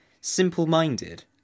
simple-minded